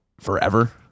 forever